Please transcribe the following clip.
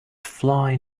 fly